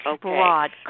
broad